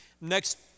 Next